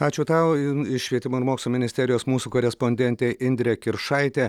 ačiū tau iš švietimo ir mokslo ministerijos mūsų korespondentė indrė kiršaitė